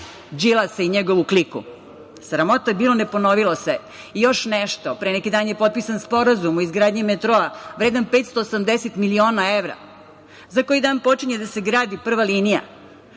Đilasa i njegovu kliku. Sramota bilo i ne ponovilo se. Još nešto, pre neki dan je potpisan Sporazum o izgradnji metroa, vredan 580 miliona evra. Za koji dan počinje da se gradi prva linija.